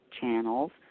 channels